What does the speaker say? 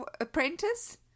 apprentice